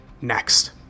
Next